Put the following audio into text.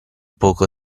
poco